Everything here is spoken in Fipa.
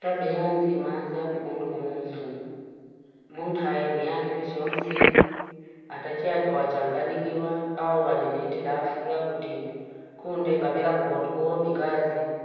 Tabianzi imazia kukundu kumuntu. Muntu hae ni akili jonsi. Hatachia wachangani kiwa, au wali ni itilafu ya kuti, kundenga pela kupotu kuhombi kazi.